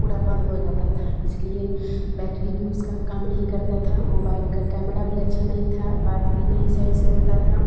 पुरा बंद हो जाता था इसलिए बैटरी भी उसका काम नहीं करता था मोबाइल का कैमरा भी अच्छा नहीं था बात भी नहीं सही से होती थी